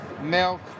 milk